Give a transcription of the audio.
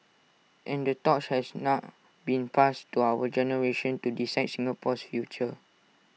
and the torch has now been passed to our generation to decide Singapore's future